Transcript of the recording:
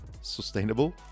sustainable